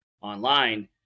online